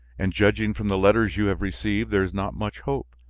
and, judging from the letters you have received, there is not much hope.